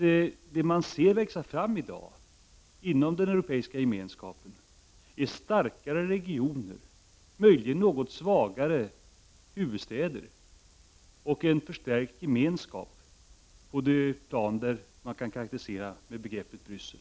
Det man ser växa fram i dag inom den europeiska gemenskapen är starkare regioner, möjligen något svagare huvudstäder, och en förstärkt gemenskap på det plan som karakteriseras med begreppet Bryssel.